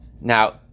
Now